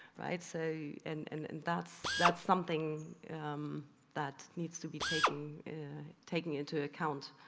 right. so and that's that's something that needs to be taken taken into account.